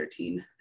13